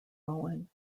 owen